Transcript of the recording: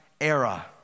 era